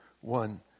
one